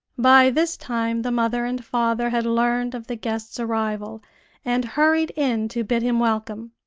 by this time the mother and father had learned of the guest's arrival and hurried in to bid him welcome.